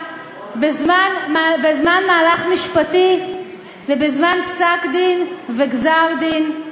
זה תפקידה בזמן מהלך משפטי ובזמן פסק-דין וגזר-דין.